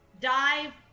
dive